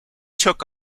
took